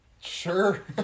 Sure